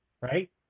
right